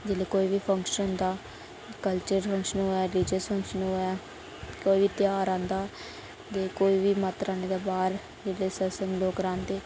जोल्लै कोई बी फंक्शन होंदा कल्चर फंक्शन होऐ रलीजियस फंक्शन होऐ कोई बी त्यौहार आंद ते कोई बी माता रानी दा बार जेल्लै सत्संग लोक करांदे